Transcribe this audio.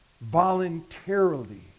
voluntarily